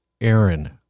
Aaron